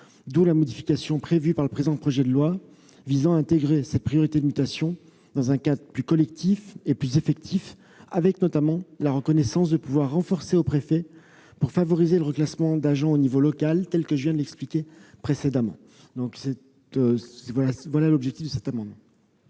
d'où la modification prévue par le présent projet de loi visant à intégrer cette priorité de mutation dans un cadre plus collectif et plus effectif avec, notamment, la reconnaissance de pouvoirs renforcés au préfet pour favoriser le reclassement d'agents au niveau local, ainsi que je l'ai l'expliqué précédemment. Tel est l'objet de cet amendement.